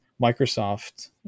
Microsoft